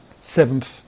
seventh